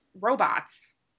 robots